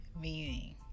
meaning